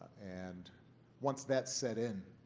and once that set in,